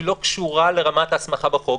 היא לא קשורה לרמת ההסמכה בחוק.